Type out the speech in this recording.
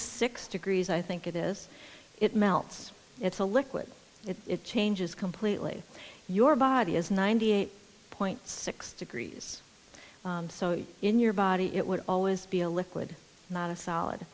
six degrees i think it is it melts it's a liquid it changes completely your body is ninety eight point six degrees so in your body it would always be a liquid not a